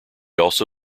also